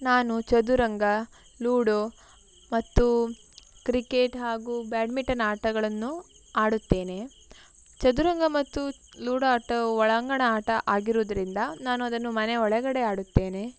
ನಾನು ಚದುರಂಗ ಲೂಡೋ ಮತ್ತು ಕ್ರಿಕೇಟ್ ಹಾಗೂ ಬ್ಯಾಡ್ಮಿಟನ್ ಆಟಗಳನ್ನು ಆಡುತ್ತೇನೆ ಚದುರಂಗ ಮತ್ತು ಲೂಡೋ ಆಟವು ಒಳಾಂಗಣ ಆಟ ಆಗಿರುವುದ್ರಿಂದ ನಾನು ಅದನ್ನು ಮನೆ ಒಳಗಡೆ ಆಡುತ್ತೇನೆ